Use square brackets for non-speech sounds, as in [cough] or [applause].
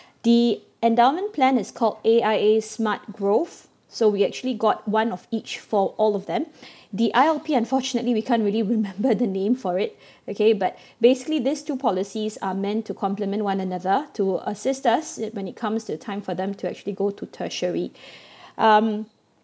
the endowment plan is called A_I_A smart growth so we actually got one of each for all of them the I_L_P unfortunately we can't really remember the name for it okay but basically this two policies are meant to complement one another to assist us when it comes to a time for them to actually go to tertiary [breath] um